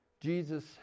Jesus